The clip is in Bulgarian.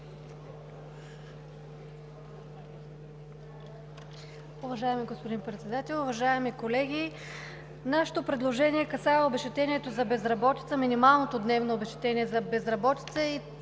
Уважаеми господин Председател, уважаеми колеги! Нашето предложение касае обезщетението за безработица – минималното дневно обезщетение за безработица